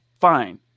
fine